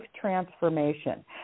transformation